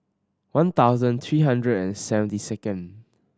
one thousand three hundred and seventy second